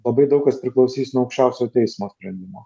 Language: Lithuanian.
labai daug kas priklausys nuo aukščiausio teismo sprendimo